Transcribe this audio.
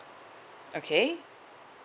okay